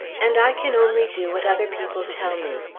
and i can only do what other people tell me.